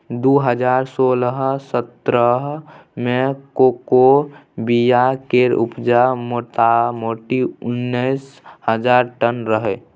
दु हजार सोलह सतरह मे कोकोक बीया केर उपजा मोटामोटी उन्नैस हजार टन रहय